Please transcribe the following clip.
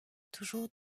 toujours